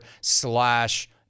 slash